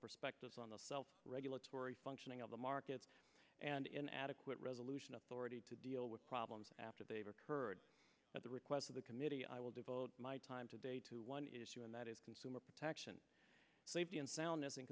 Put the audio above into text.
perspective on the regulatory functioning of the markets and in adequate resolution authority to deal with problems after they've occurred at the request of the committee i will devote my time today to one issue and that is consumer protection safety and sound